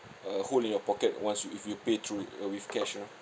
a hole in your pocket once you if you pay through uh with cash you know